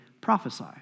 prophesy